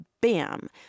bam